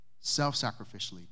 Self-sacrificially